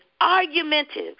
argumentative